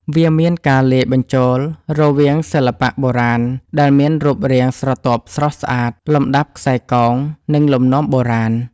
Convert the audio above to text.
វាមានការលាយបញ្ចូលរវាងសិល្បៈបុរាណដែលមានរូបរាងស្រទាប់ស្រស់ស្អាត លំដាប់ខ្សែកោង និងលំនាំបុរាណ